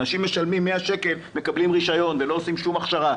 אנשים משלמים 100 שקל ומקבלים רישיון ולא עושים הכשרה.